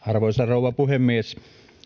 arvoisa rouva puhemies